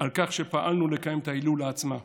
על כך שפעלנו לקיים את ההילולה עצמה.